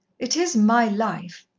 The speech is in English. it is my life.